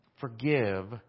forgive